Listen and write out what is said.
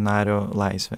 nario laisvė